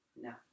No